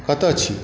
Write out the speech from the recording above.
कतऽ छी